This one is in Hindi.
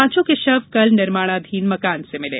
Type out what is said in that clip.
पांचों के शव कल निर्माणाधीन मकान से मिले